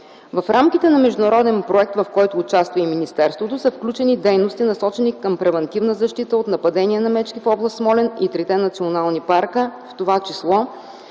В рамките на международен проект, в който участва и министерството, са включени дейности, насочени към превантивна защита от нападение на мечки в област Смолян и трите национални парка, в това число: